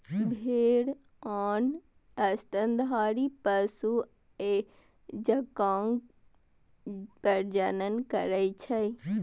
भेड़ आन स्तनधारी पशु जकां प्रजनन करै छै